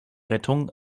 rettung